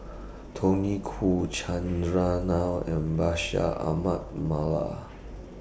Tony Khoo Chandran Nair and Bashir Ahmad Mallal